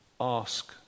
ask